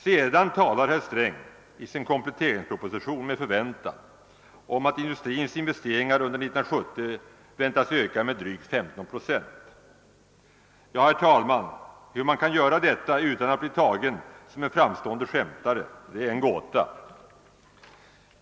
Sedan talar herr Sträng i sin kompletteringsproposition med förväntan om att industrins investeringar under 1970 väntas öka med drygt 15 procent. Herr talman! Hur man kan göra detta utan att bli tagen som en framstående skämtare är en gåta.